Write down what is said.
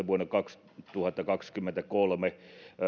vuonna kaksituhattakaksikymmentäkolme